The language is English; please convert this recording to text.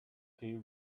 tea